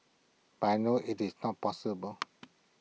but I know IT is not possible